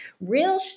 real